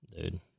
Dude